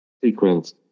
sequence